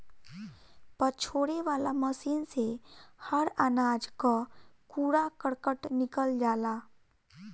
पछोरे वाला मशीन से हर अनाज कअ कूड़ा करकट निकल जाला